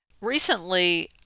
Recently